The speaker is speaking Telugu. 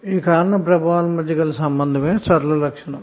ఈ కారణప్రభావాల మధ్య గల సంభందమే సరళ లక్షణం